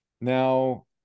Now